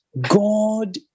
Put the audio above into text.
God